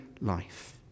life